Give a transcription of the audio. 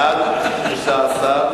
בעד הצביעו 13,